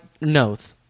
noth